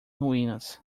ruínas